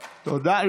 תודה.